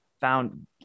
found